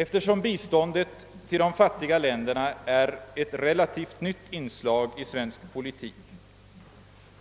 Eftersom biståndet till de fattiga länderna är ett relativt nytt inslag i svensk politik,